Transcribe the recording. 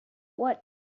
what